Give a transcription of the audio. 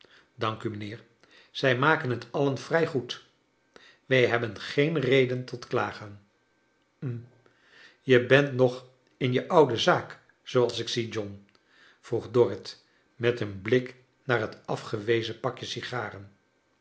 dank u mijnheer zij maken t alien vrij goed avij hebben geen reden tot klagen hm je bent nog in je oude zaak zooals ik zie john vroeg dorrit met een blik naar het afgewezen pakje sigaren